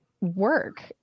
Work